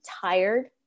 tired